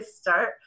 start